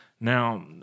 Now